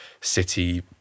City